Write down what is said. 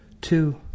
Two